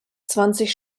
zwanzig